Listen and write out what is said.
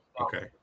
Okay